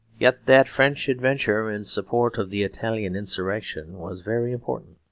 yet that french adventure in support of the italian insurrection was very important